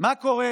מה קורה